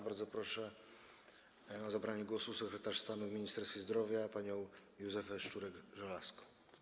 Bardzo proszę o zabranie głosu sekretarz stanu w Ministerstwie Zdrowia panią Józefę Szczurek-Żelazko.